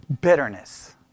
bitterness